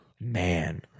Man